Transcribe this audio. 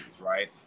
right